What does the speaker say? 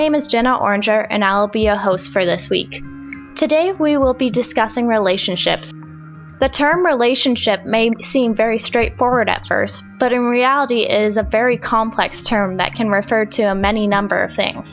name is general or injure and i'll be a host for this week today we will be discussing relationships the term relationship may seem very straightforward at first but in reality is a very complex term that can refer to any number of things